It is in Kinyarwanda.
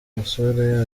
musore